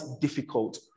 difficult